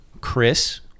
Chris